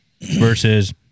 Versus